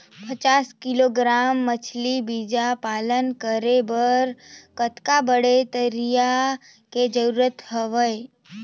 पचास किलोग्राम मछरी बीजा पालन करे बर कतका बड़े तरिया के जरूरत हवय?